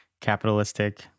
capitalistic